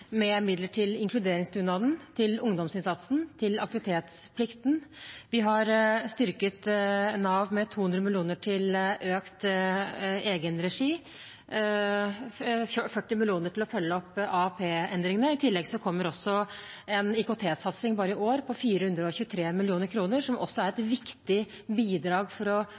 Nav med 200 mill. kr til økt egenregi og 40 mill. kr til å følge opp AAP-endringene. I tillegg kommer en IKT-satsing bare i år på 423 mill. kr, som også er et viktig bidrag for å